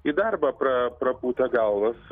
į darbą pra prapūtę galvas